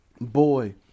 boy